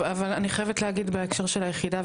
אבל אני חייבת להגיד בהקשר של היחידה,